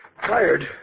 Tired